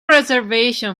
reservation